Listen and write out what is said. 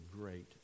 great